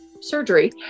surgery